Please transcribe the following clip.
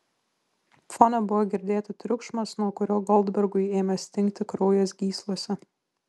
fone buvo girdėti triukšmas nuo kurio goldbergui ėmė stingti kraujas gyslose